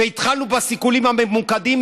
והתחלנו בסיכולים הממוקדים,